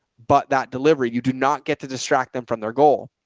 but that delivery, you do not get to distract them from their goal,